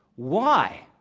why?